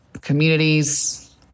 communities